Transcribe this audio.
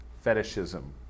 fetishism